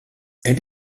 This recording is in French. elle